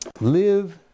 Live